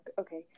okay